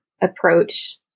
approach